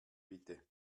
bitte